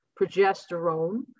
progesterone